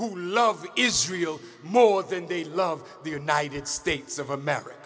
who love israel more than they love the united states of america